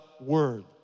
word